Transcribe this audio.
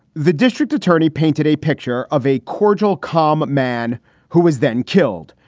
the district attorney painted a picture of a cordial, calm man who was then killed.